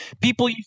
People